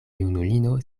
junulino